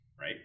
right